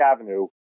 Avenue